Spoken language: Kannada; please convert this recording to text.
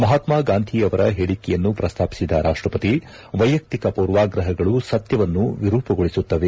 ಮಹಾತ್ಮ ಗಾಂಧಿಯವರ ಹೇಳಿಕೆಯನ್ನು ಪ್ರಸ್ತಾಪಿಸಿದ ರಾಷ್ಟಪತಿ ವೈಯಕ್ತಿಕ ಪೂರ್ವಗ್ರಹಗಳು ಸತ್ಯವನ್ನು ವಿರೂಪಗೊಳಿಸುತ್ತವೆ